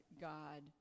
God